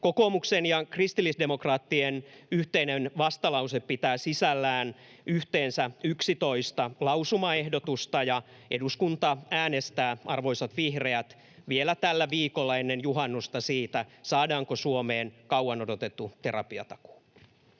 Kokoomuksen ja kristillisdemokraattien yhteinen vastalause pitää sisällään yhteensä 11 lausumaehdotusta, ja eduskunta äänestää, arvoisat vihreät, vielä tällä viikolla ennen juhannusta siitä, saadaanko Suomeen kauan odotettu terapiatakuu.